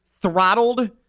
throttled